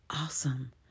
awesome